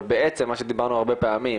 אבל בעצם מה שדיברנו הרבה פעמים,